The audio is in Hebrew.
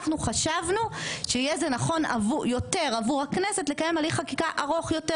אנחנו חשבנו שיהיה זה נכון יותר עבור הכנסת לקיים הליך חקיקה ארוך יותר,